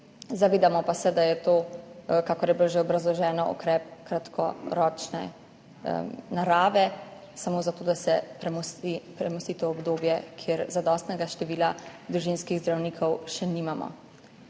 zavedamo pa se, da je to, kakor je bilo že obrazloženo, ukrep kratkoročne narave, samo zato, da se premosti, premosti to obdobje, kjer zadostnega števila družinskih zdravnikov še nimamo.